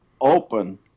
open